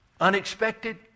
Unexpected